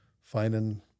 finding